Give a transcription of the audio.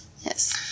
Yes